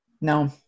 No